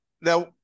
Now